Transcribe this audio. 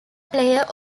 player